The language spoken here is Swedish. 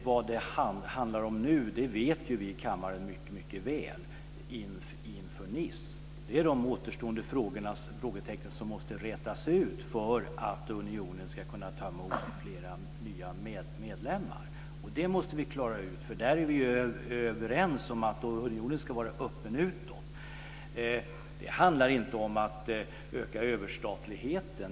Vad det handlar om nu inför mötet i Nice vet ju vi i kammaren mycket väl, nämligen de återstående frågetecken som måste rätas ut för att unionen ska kunna ta emot flera nya medlemmar. Det måste vi klara ut. Vi är ju överens om att unionen ska vara öppen utåt. Det handlar inte om att öka överstatligheten.